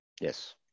Yes